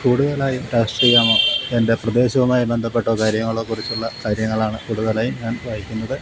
കൂടുതലായും രാഷ്ട്രീയമോ എന്റെ പ്രദേശവുമായി ബന്ധപ്പെട്ടോ കാര്യങ്ങളെക്കുറിച്ചുള്ള കാര്യങ്ങളാണ് കൂടുതലായും ഞാന് വായിക്കുന്നത്